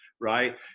right